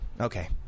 Okay